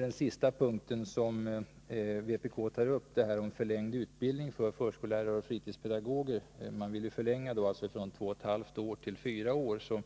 Den sista punkten som vpk tar upp gäller en förlängning av utbildningen för förskollärare och fritidspedagoger från två och ett halvt år till fyra år. Man